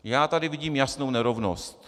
Já tady vidím jasnou nerovnost.